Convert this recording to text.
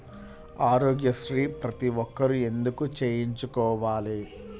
ఆరోగ్యశ్రీ ప్రతి ఒక్కరూ ఎందుకు చేయించుకోవాలి?